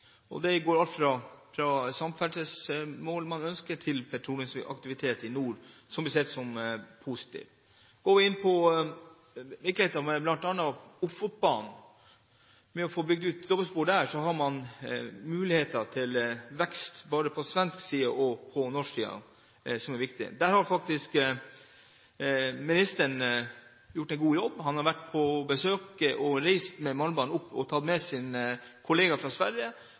Det gjelder alt fra mål innenfor samferdselssektoren til petroleumsaktivitet i nord – som blir sett på som positivt. Dersom vi ser nærmere på virkeligheten, med bl.a. Ofotbanen og ønsket om å få bygd ut dobbeltspor der, så har man muligheter for vekst både på svensk og på norsk side av grensen – som er viktig. Her har utenriksministeren gjort en god jobb. Han har vært på besøk og reist med malmbanen sammen med sin kollega fra Sverige,